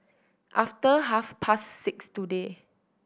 after half past six today